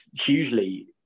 hugely